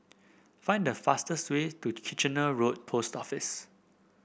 find the fastest way to Kitchener Road Post Office